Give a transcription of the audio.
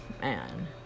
Man